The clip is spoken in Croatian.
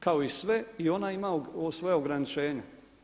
Kao i sve i ona ima svoja ograničenja.